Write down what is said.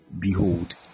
behold